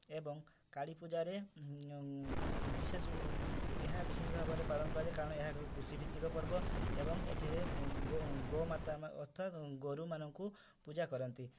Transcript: ଏବଂ କାଳୀ ପୂଜାରେ ବିଶେଷ ଏହା ବିଶେଷ ଭାବରେ ପାଳନ କରାଯାଏ କାରଣ ଏହା ଏକ କୃଷି ଭିତ୍ତିକ ପର୍ବ ଏବଂ ଏଥିରେ ଗୋ ମାତା ଅର୍ଥାତ୍ ଗୋରୁମାନଙ୍କୁ ପୂଜା କରନ୍ତି